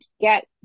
get